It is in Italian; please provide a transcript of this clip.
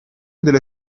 delle